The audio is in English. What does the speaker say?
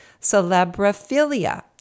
Celebrophilia